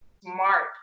smart